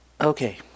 Okay